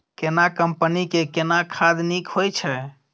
केना कंपनी के केना खाद नीक होय छै?